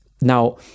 now